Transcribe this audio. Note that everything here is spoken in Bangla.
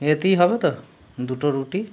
ইয়েতেই হবে তো দুটো রুটি